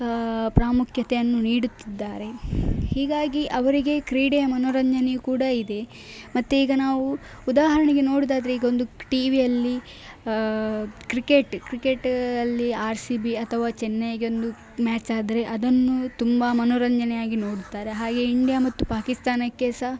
ಪ್ರಾಮುಖ್ಯತೆಯನ್ನು ನೀಡುತ್ತಿದ್ದಾರೆ ಹೀಗಾಗಿ ಅವರಿಗೆ ಕ್ರೀಡೆಯ ಮನೋರಂಜನೆಯು ಕೂಡ ಇದೆ ಮತ್ತು ಈಗ ನಾವು ಉದಾಹರಣೆಗೆ ನೋಡುವುದಾದ್ರೆ ಈಗ ಒಂದು ಟಿ ವಿಯಲ್ಲಿ ಕ್ರಿಕೆಟ್ ಕ್ರಿಕೆಟಲ್ಲಿ ಆರ್ ಸಿ ಬಿ ಅಥವಾ ಚೆನ್ನೈಗೊಂದು ಮ್ಯಾಚಾದರೆ ಅದನ್ನು ತುಂಬ ಮನೋರಂಜನೆಯಾಗಿ ನೋಡ್ತಾರೆ ಹಾಗೇ ಇಂಡ್ಯಾ ಮತ್ತು ಪಾಕಿಸ್ತಾನಕ್ಕೆ ಸಹ